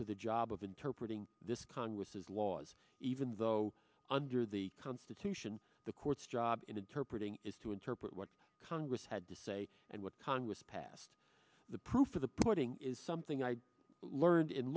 to the job of interpreting this congress's laws even though under the constitution the court's job in interpreting is to interpret what congress had to say and what congress passed the proof or the putting is something i learned